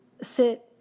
sit